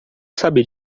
sabe